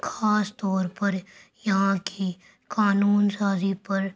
خاص طور پر یہاں کی قانون سازی پر